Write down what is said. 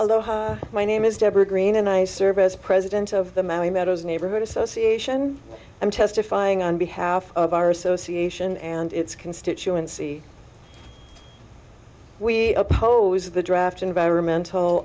aloha my name is deborah greene and i serve as president of the maui meadows neighborhood association i'm testifying on behalf of our association and its constituency we oppose the draft environmental